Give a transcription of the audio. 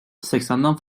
seksenden